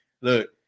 Look